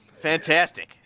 Fantastic